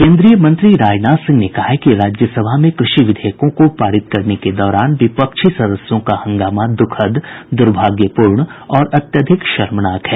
केंद्रीय मंत्री राजनाथ सिंह ने कहा है कि राज्यसभा में कृषि विधेयकों को पारित करने के दौरान विपक्षी सदस्यों का हंगामा दुखद दुर्भाग्यपूर्ण और अत्यधिक शर्मनाक है